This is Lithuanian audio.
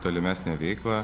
tolimesnę veiklą